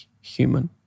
human